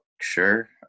sure